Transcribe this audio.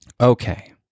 Okay